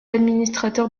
administrateur